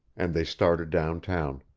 and they started downtown.